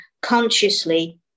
consciously